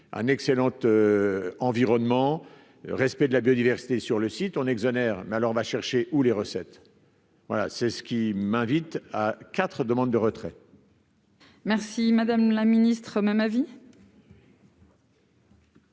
en excellente environnement, respect de la biodiversité, sur le site on exonère mais alors va chercher ou les recettes, voilà, c'est ce qui m'invite à 4 demande de retraite. Merci madame la Ministre même avis.